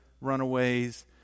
runaways